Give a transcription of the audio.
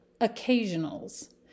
occasionals